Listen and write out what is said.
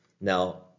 Now